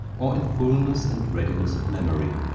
or in fullness and readiness of memory.